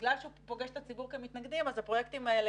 בגלל שהוא פוגש את הציבור כמתנגדים בפרויקטים האלה